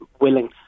willing